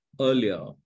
earlier